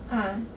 ah